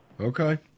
Okay